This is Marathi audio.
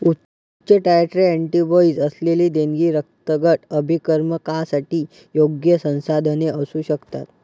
उच्च टायट्रे अँटीबॉडीज असलेली देणगी रक्तगट अभिकर्मकांसाठी योग्य संसाधने असू शकतात